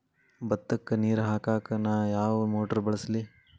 ಭತ್ತಕ್ಕ ನೇರ ಹಾಕಾಕ್ ನಾ ಯಾವ್ ಮೋಟರ್ ಬಳಸ್ಲಿ?